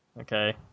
okay